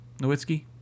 Nowitzki